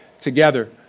together